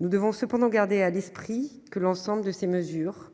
Nous devons cependant garder à l'esprit que ces mesures, dans leur ensemble,